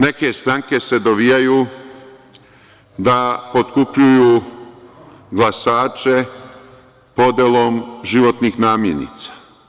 Neke stranke se dovijaju da potkupljuju glasače podelom životnih namirnica.